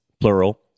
plural